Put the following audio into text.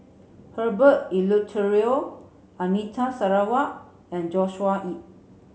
Herbert Eleuterio Anita Sarawak and Joshua Ip